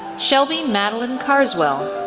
shelby madeline carswell,